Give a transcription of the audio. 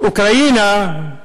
ואוקראינה,